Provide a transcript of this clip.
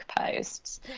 posts